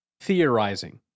theorizing